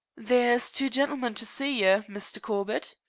there's two gintlemen to see ye, misther corbett,